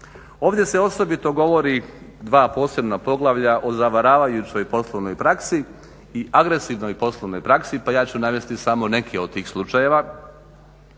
Ovdje se osobito govori dva posebna poglavlja o zavaravajućoj poslovnoj praksi i agresivnoj poslovnoj praksi, pa ja ću navesti samo neke od tih slučajeva.